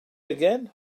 again